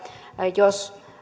jos